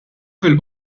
fil